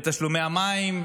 בתשלומי המים,